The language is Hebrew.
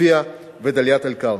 עוספיא ודאלית-אל-כרמל.